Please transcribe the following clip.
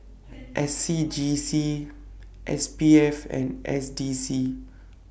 S C G C S P F and S D C